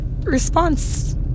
response